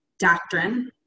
Doctrine